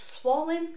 swollen